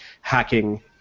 hacking